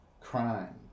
crime